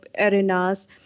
arenas